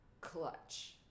clutch